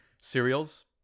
cereals